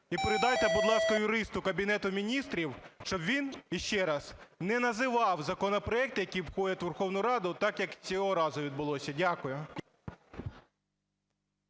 І передайте, будь ласка, юристу Кабінету Міністрів, щоб він іще раз не називав законопроекти, які входять у Верховну Раду, так, як цього разу відбулося. Дякую.